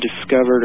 discovered